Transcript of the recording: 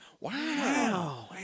Wow